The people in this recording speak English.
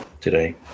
today